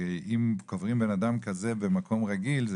שאם קוברים בנאדם כזה במקום רגיל זה